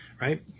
right